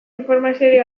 informaziorik